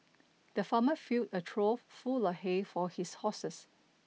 the farmer filled a trough full of hay for his horses